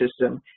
system